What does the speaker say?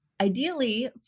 ideally